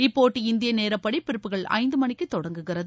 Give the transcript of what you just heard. இப்போட்டி இந்திய நேரப்படி பிற்பகல் ஐந்து மணிக்கு தொடங்குகிறது